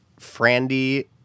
Frandy